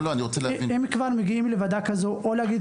כבר מגיעים לוועדה כזאת אז אני רוצה